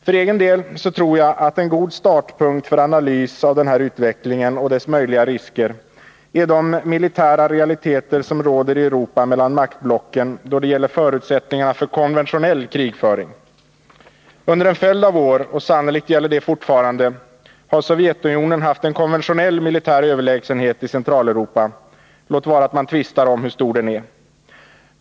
För egen del tror jag att en god startpunkt för analys av denna utveckling och dess möjliga risker är de militära realiteter som råder i Europa hos maktblocken då det gäller förutsättningarna för konventionell krigföring. Under en följd av år — och sannolikt gäller detta fortfarande — har Sovjetunionen haft en konventionell militär överlägsenhet i Centraleuropa, låt vara att man tvistar om hur stor den är.